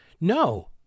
No